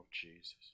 Jesus